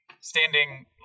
standing